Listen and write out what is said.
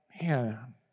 man